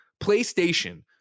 PlayStation